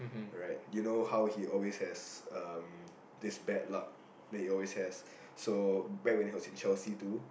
alright you know how he always has um this bad luck he always has back when he was at Chelsea too